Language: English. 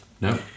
no